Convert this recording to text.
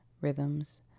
rhythms